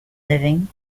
living